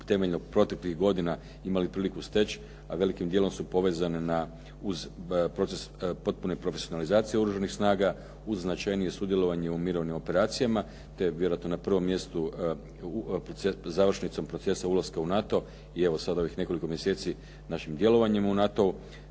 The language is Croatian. temeljem proteklih godina imali steći, a velikim dijelom su povezane uz proces potpune profesionalizacije Oružanih snaga, uz značajnije sudjelovanje u mirovnim operacijama, te vjerojatno na prvom mjestu završnicom procesa ulaskom u NATO i evo sada ovih nekoliko mjeseci našim djelovanjem u NATO-u.